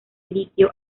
litio